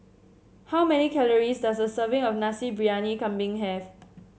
how many calories does a serving of Nasi Briyani Kambing have